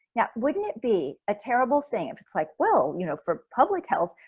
yeah wouldn't it be a terrible thing if it's like, well, you know, for public health,